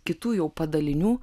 kitų jau padalinių